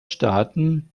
staaten